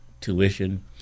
tuition